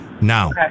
Now